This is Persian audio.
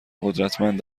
قدرتمند